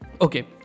okay